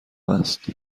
است